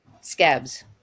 scabs